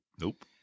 Nope